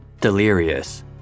Delirious